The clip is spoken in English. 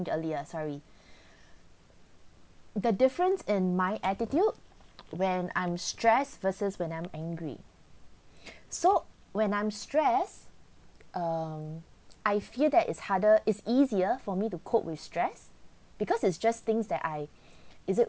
earlier sorry the difference in my attitude when I'm stress versus when I'm angry so when I'm stress um I feel that is harder it's easier for me to cope with stress because it's just things that I is it